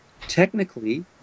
technically